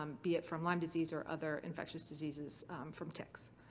be it from lyme disease or other infectious diseases from ticks.